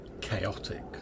chaotic